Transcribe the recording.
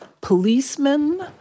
policemen